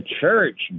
church